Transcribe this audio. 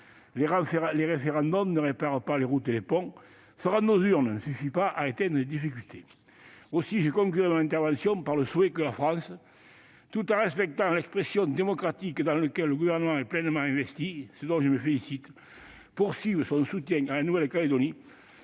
Les référendums ne réparent pas les routes et les ponts ; se rendre aux urnes ne suffit pas à éteindre les difficultés ... Aussi, je conclurai mon intervention en formulant le souhait que la France, tout en respectant l'expression démocratique dans laquelle le Gouvernement est pleinement investi- je m'en félicite -, poursuive son soutien à la Nouvelle-Calédonie